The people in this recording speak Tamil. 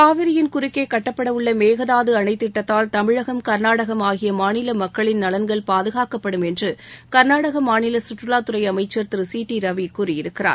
காவிரியின் குறுக்கே கட்டப்பட உள்ள மேகதாது அணைத்திட்டத்தால் தமிழகம் கர்நாடகம் ஆகிய மாநில மக்களின் நலன்கள் பாதுகாக்கப்படும் என்று கா்நாடக மாநில சுற்றுவாத் துறை அமைச்சி திரு சி டி ரவி கூறியிருக்கிறார்